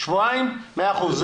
מאה אחוז.